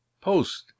post